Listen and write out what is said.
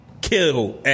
kill